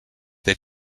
they